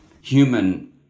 human